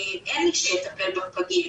אין מי שיטפל בפגים.